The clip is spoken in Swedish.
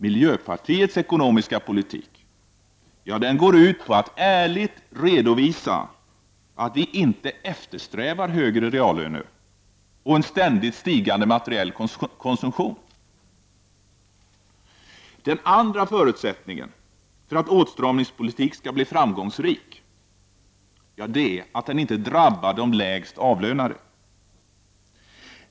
Miljö partiets ekonomiska politik går ut på att ärligt redovisa att vi inte eftersträvar högre reallöner och en ständigt stigande materiell konsumtion. Den andra förutsättningen för att en åtstramningspolitik skall bli framgångsrik är att den inte drabbar de lägst avlönade.